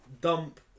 dump